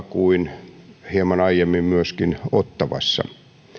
kuin hieman aiemmin myöskin ottawassa